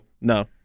No